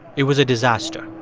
it was a disaster.